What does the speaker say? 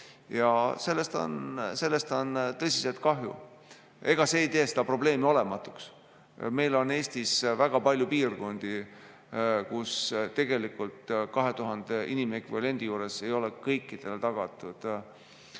tagasi. Sellest on tõsiselt kahju. Ega see ei tee seda probleemi olematuks. Meil on Eestis väga palju piirkondi, kus tegelikult ka 2000 inimekvivalendi juures ei ole kõikidele tagatud